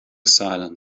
silence